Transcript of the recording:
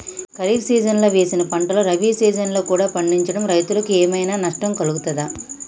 ఖరీఫ్ సీజన్లో వేసిన పంటలు రబీ సీజన్లో కూడా పండించడం రైతులకు ఏమైనా నష్టం కలుగుతదా?